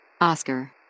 Oscar